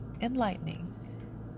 enlightening